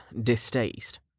distaste